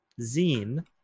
zine